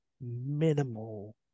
minimal